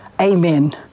Amen